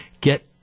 get